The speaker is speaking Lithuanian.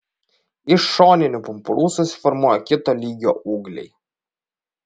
iš šoninių pumpurų susiformuoja kito lygio ūgliai